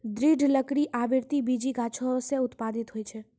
दृढ़ लकड़ी आवृति बीजी गाछो सें उत्पादित होय छै?